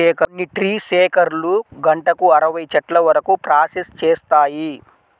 కొన్ని ట్రీ షేకర్లు గంటకు అరవై చెట్ల వరకు ప్రాసెస్ చేస్తాయి